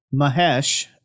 Mahesh